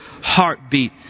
heartbeat